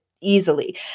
easily